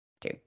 two